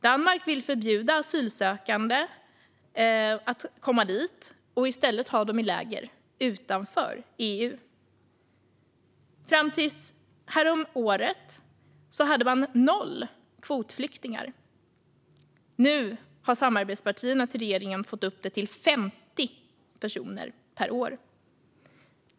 Danmark vill förbjuda asylsökande att komma dit och i stället ha dem i läger utanför EU. Fram till häromåret hade man noll kvotflyktingar. Nu har regeringens samarbetspartier fått upp det till 50 personer per år.